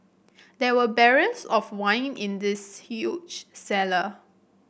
there were barrels of wine in this huge cellar